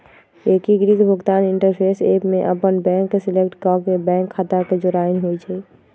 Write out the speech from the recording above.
एकीकृत भुगतान interface app में अप्पन बैंक सेलेक्ट क के बैंक खता के जोड़नाइ होइ छइ